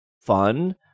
fun